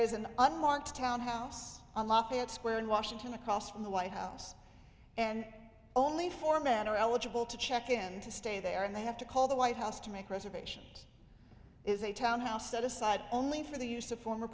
unmarked townhouse on lafayette square in washington across from the white house and only four men are eligible to check in to stay there and they have to call the white house to make reservations is a townhouse set aside only for the use of former